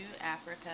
Africa